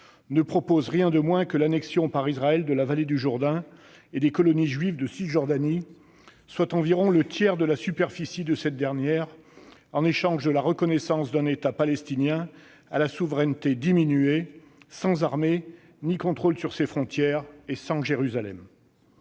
ne propose rien de moins que l'annexion par Israël de la vallée du Jourdain et des colonies juives de Cisjordanie, soit environ le tiers de la superficie de cette dernière, en échange de la reconnaissance d'un État palestinien à la souveraineté diminuée, sans armée ni contrôle sur ses frontières, et sans Jérusalem.